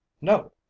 No